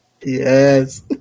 Yes